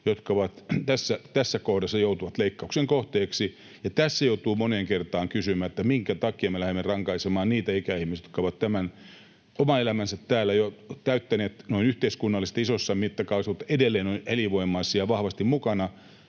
jotka tässä kohdassa joutuvat leikkauksen kohteeksi. Ja tässä joutuu moneen kertaamaan kysymään, minkä takia me lähdemme rankaisemaan niitä ikäihmisiä, jotka ovat tämän oman elämänsä täällä jo täyttäneet noin yhteiskunnallisesti, isossa mittakaavassa, mutta edelleen ovat elinvoimaisia, vahvasti mukana.